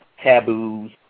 taboos